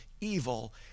evil